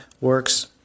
works